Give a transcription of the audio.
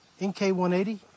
NK180